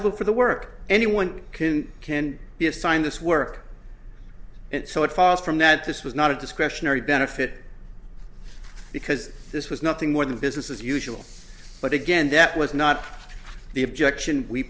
eligible for the work anyone can can be assigned this work and so it follows from that this was not a discretionary benefit because this was nothing more than business as usual but again that was not the objection we